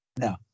no